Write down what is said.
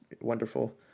wonderful